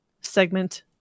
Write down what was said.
segment